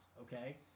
okay